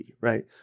right